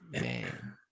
man